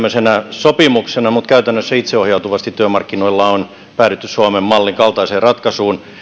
sopimuksena mutta käytännössä itseohjautuvasti työmarkkinoilla on päädytty suomen mallin kaltaiseen ratkaisuun